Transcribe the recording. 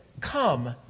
come